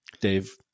Dave